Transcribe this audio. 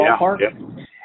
ballpark